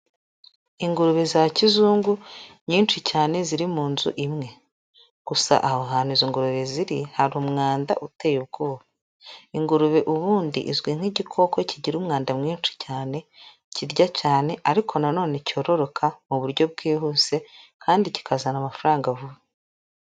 Ingurube za kizungu, nyinshi cyane ziri mu nzu imwe, gusa aho hantu izo ngurube ziri, hari umwanda uteye ubwoba, ingurube ubundi izwi nk'igikoko kigira umwanda mwinshi cyane, kirya cyane, ariko nanone cyororoka mu buryo bwihuse, kandi kikazana amafaranga vuba.